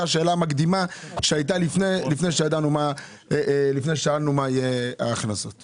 זאת השאלה המקדימה לפני ששאלנו מה יהיו ההכנסות.